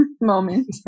moment